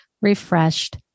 refreshed